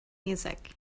music